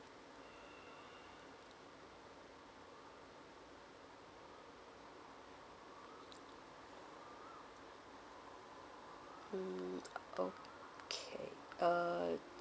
mm okay uh